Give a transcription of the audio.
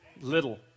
little